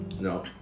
No